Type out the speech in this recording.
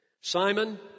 Simon